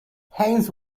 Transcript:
haines